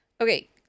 Okay